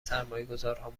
سرمایهگذارها